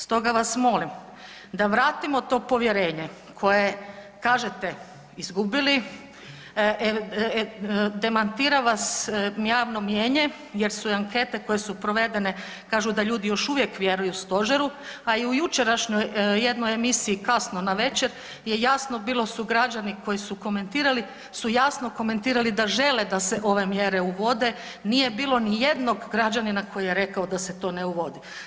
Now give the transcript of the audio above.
Stoga vas molim da vratimo to povjerenje koje kažete izgubili, demantira vas javno mnijenje jer su i ankete koje su provedene kažu da ljudi još uvijek vjeruju stožeru, a i u jučerašnjoj jednoj emisiji kasno navečer je jasno bilo su građani koji su komentirali, su jasno komentirali da žele da se ove mjere uvode, nije bilo ni jednog građanina koji je rekao da se to ne uvodi.